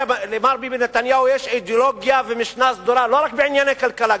למר ביבי נתניהו יש אידיאולוגיה ומשנה סדורה לא רק בענייני כלכלה,